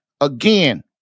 Again